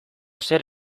zer